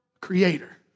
Creator